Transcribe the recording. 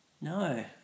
No